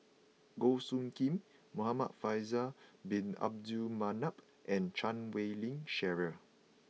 Goh Soo Khim Muhamad Faisal Bin Abdul Manap and Chan Wei Ling Cheryl